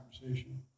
conversation